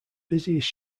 busiest